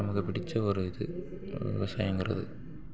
நமக்கு பிடித்த ஒரு இது விவசாயங்கிறது